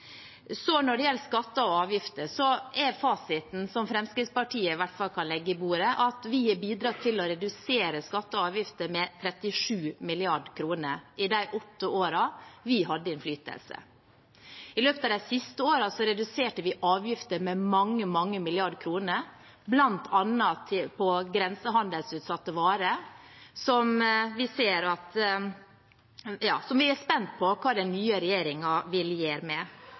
Når det gjelder skatter og avgifter, er fasiten som Fremskrittspartiet i hvert fall kan legge på bordet, at vi har bidratt til å redusere skatter og avgifter med 37 mrd. kr i de åtte årene vi hadde innflytelse. I løpet av de siste årene reduserte vi avgifter med mange, mange milliarder kroner, bl.a. på grensehandelsutsatte varer, som vi er spent på hva den nye regjeringen vil gjøre med.